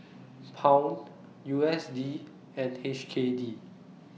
Pound U S D and H K D